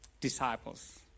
disciples